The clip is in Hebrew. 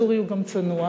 צורי הוא גם צנוע,